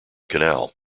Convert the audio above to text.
canal